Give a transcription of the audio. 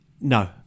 no